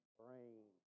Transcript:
brain